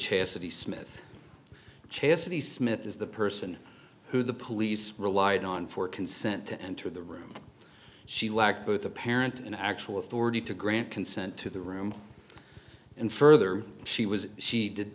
chastity smith chastity smith is the person who the police relied on for consent to enter the room she lacked both the parent and actual authority to grant consent to the room and further she was she did